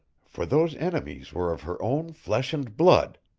for those enemies were of her own flesh and blood,